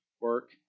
work